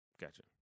gotcha